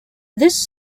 this